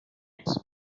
next